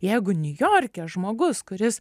jeigu niujorke žmogus kuris